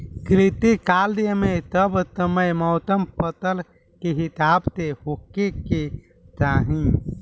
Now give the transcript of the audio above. कृषि कार्य मे सब समय मौसम फसल के हिसाब से होखे के चाही